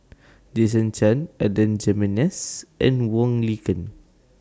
Jason Chan Adan Jimenez and Wong Lin Ken